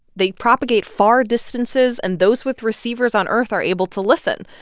they propagate far distances, and those with receivers on earth are able to listen.